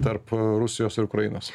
tarp rusijos ir ukrainos